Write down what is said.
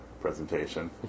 presentation